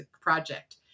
project